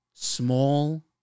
small